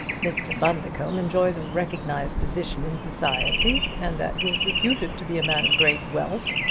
mr. bundercombe enjoys a recognized position in society, and that he is reputed to be a man of great wealth,